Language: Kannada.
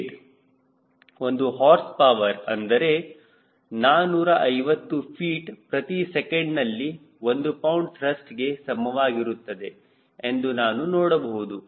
8 ಒಂದು ಹಾರ್ಸ್ ಪವರ್ ಅಂದರೆ 450 ಫೀಟ್ ಪ್ರತಿ ಸೆಕೆಂಡ್ ನಲ್ಲಿ ಒಂದು ಪೌಂಡ್ ತ್ರಸ್ಟ್ಗೆ ಸಮವಾಗಿರುತ್ತದೆ ಎಂದು ನಾನು ನೋಡಬಹುದು